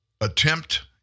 attempt